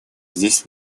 здесь